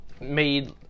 Made